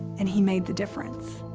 and he made the difference.